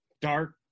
dark